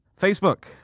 Facebook